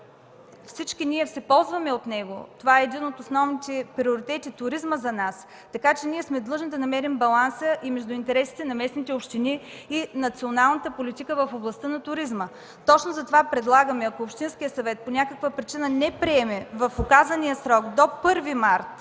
всички ние се ползваме от българското Черноморие, това е един от основните приоритети в туризма за нас – сме длъжни да намерим баланса между интересите на местните общини и националната политика в областта на туризма. Точно затова предлагаме, ако общинският съвет по някаква причина не приеме в оказания срок – до 1 март,